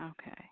Okay